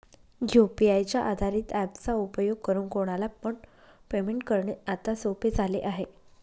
UPI च्या आधारित app चा उपयोग करून कोणाला पण पेमेंट करणे आता सोपे झाले आहे